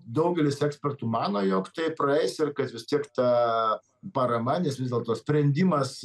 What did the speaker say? daugelis ekspertų mano jog tai praeis ir kad vis tiek ta parama nes vis dėlto sprendimas